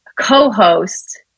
co-host